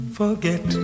forget